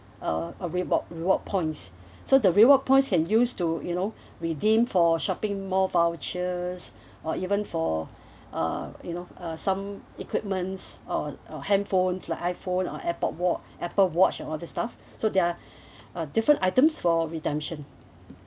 uh uh rebob~ reward points so the reward points can use to you know redeem for shopping mall vouchers or even for uh you know uh some equipments or or hand phones like iPhone or appo~ wa~ Apple watch or all these staff so they're uh different items for redemption